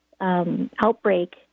outbreak